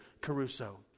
caruso